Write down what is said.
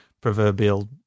proverbial